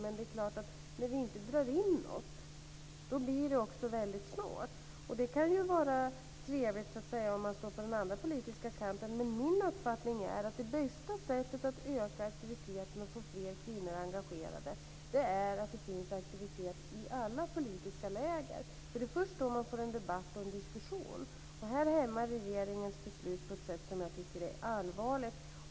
Men när vi inte drar in något blir det väldigt snålt. Det kan vara trevligt om man står på den andra politiska kanten. Men min uppfattning är att det bästa sättet att öka aktiviteten och få fler kvinnor att engagera sig är att det finns aktivitet i alla politiska läger. Det är först då man får en debatt och en diskussion. Här hämmar regeringens beslut på ett sätt som jag tycker är allvarligt.